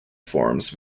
forms